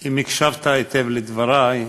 אם הקשבת היטב לדברי,